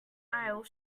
aisle